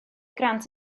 grant